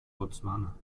botswana